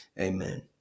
amen